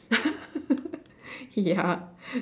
ya